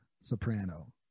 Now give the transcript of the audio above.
Soprano